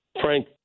Frank